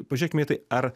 pažiūrėkime į tai ar